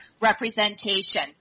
representation